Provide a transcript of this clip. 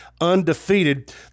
undefeated